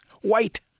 white